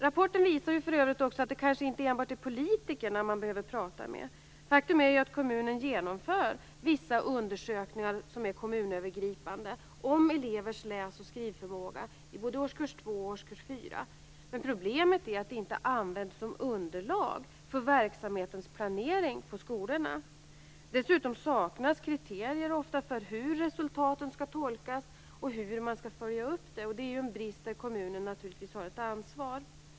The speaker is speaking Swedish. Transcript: Rapporten visar för övrigt också att det kanske inte är enbart politikerna man behöver prata med. Faktum är att kommunen genomför vissa undersökningar som är kommunövergripande om elevers läsoch skrivförmåga i både årskurs två och årskurs fyra. Men problemet är att det inte används som underlag för verksamhetens planering på skolorna. Dessutom saknas kriterier ofta för hur resultaten skall tolkas och hur man skall följa upp dem. Det är en brist, där kommunen naturligtvis har ett ansvar.